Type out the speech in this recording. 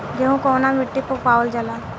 गेहूं कवना मिट्टी पर उगावल जाला?